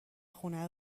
خونه